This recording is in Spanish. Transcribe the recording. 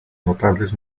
notables